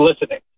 listening